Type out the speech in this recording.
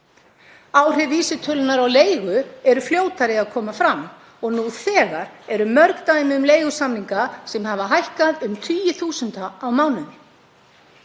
Áhrif vísitölunnar á leigu eru fljótari að koma fram og nú þegar eru mörg dæmi um leigusamninga sem hækkað hafa um tugi